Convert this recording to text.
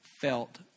felt